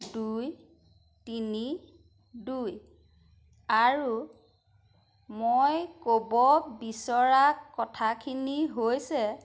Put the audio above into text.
দুই তিনি দুই আৰু মই ক'ব বিচৰা কথাখিনি হৈছে